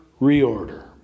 reorder